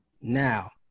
now